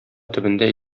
төбендә